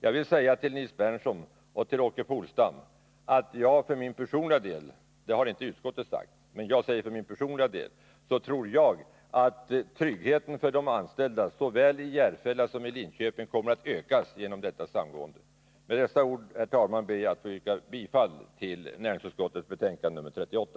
Jag vill säga till Nils Berndtson och Åke Polstam att jag för min del — det har inte utskottet uttalat sig om — tror att tryggheten för de anställda, såväl i Järfälla som i Linköping, kommer att öka genom detta samgående. Med dessa ord, herr talman, ber jag att få yrka bifall till näringsutskottets hemställan i betänkande nr 38.